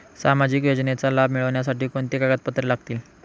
सामाजिक योजनेचा लाभ मिळण्यासाठी कोणती कागदपत्रे लागतील?